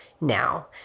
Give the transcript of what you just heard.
now